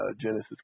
Genesis